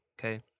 okay